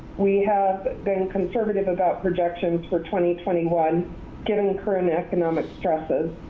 we have been conservative about projections for twenty, twenty one given the current economic stresses.